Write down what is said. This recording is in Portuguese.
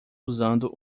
usando